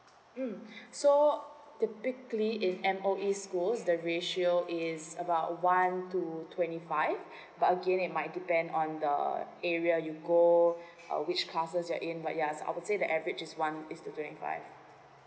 mm so typically if M_O_E schools the ratio is about one to twenty five but again it might depend on the area you go uh which classes you're in but ya so I would say the average is one to twenty five